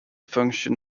function